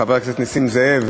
חבר הכנסת נסים זאב,